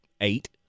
Eight